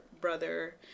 brother